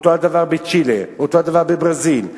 אותו הדבר בצ'ילה, אותו דבר בברזיל,